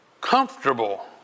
comfortable